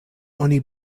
oni